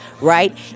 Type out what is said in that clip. right